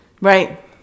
Right